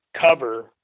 cover